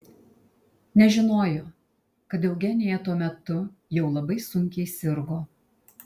nežinojo kad eugenija tuo metu jau labai sunkiai sirgo